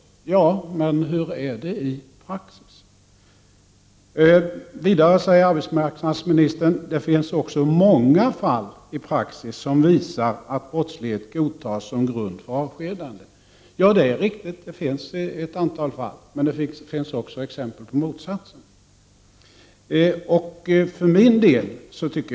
Ja, men hur är det i praxis? Vidare säger arbetsmarknadsministern: ”Det finns också många fall i praxis som visar att brottslighet godtas som grund för avskedande.” Ja, det är riktigt att det finns ett antal sådana fall, men det finns också exempel på motsatsen.